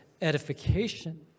edification